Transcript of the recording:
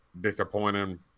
disappointing